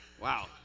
Wow